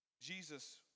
Jesus